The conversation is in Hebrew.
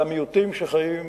למיעוטים שחיים בקרבה.